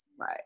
Right